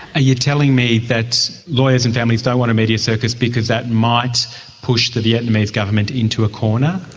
you telling me that lawyers and families don't want a media circus because that might push the vietnamese government into a corner?